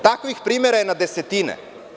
Takvih primera je na desetine.